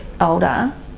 older